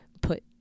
put